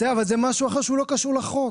אבל זה משהו אחר שהוא לא קשור לחוק.